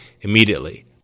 immediately